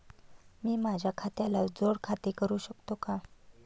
मी माझ्या खात्याला जोड खाते करू शकतो का?